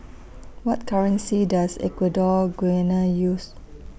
What currency Does Equatorial Guinea use